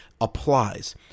applies